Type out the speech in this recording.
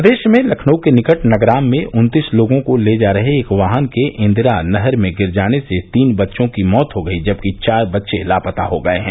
प्रदेश में लखनऊ के निकट नगराम में उन्तीस लोगों को ले जा रहे एक वाहन के इन्दिरा नहर में गिर जाने से तीन बच्चों की मौत हो गयी जबकि चार बच्चे लापता हो गए हैं